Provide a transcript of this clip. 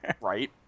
Right